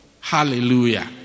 hallelujah